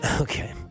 Okay